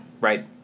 Right